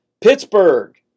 Pittsburgh